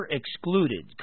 excluded